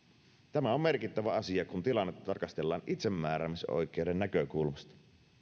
tämä on merkittävä asia kun tilannetta tarkastellaan itsemääräämisoikeuden näkökulmasta